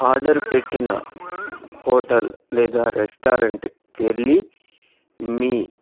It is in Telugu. ఆర్డర్ పెట్టిన హోటల్ లేదా రెస్టారెంట్కి వెళ్ళీ మీ